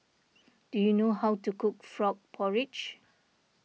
do you know how to cook Frog Porridge